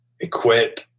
equip